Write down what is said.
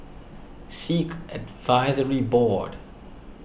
Sikh Advisory Board